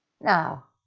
Now